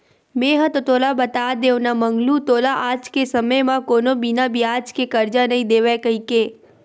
मेंहा तो तोला बता देव ना मंगलू तोला आज के समे म कोनो बिना बियाज के करजा नइ देवय कहिके